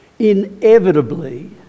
Inevitably